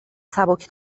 سبک